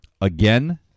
again